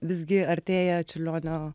visgi artėja čiurlionio